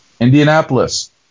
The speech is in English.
indianapolis